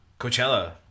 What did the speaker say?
Coachella